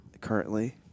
Currently